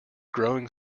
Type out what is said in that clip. growing